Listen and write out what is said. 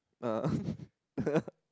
ah ah